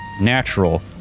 natural